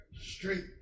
straight